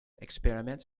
experiment